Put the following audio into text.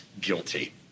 guilty